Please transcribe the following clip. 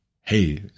Hey